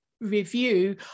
Review